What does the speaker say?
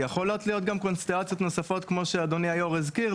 יכולות להיות גם קונסטלציות נוספות כמו שאדוני היושב-ראש הזכיר.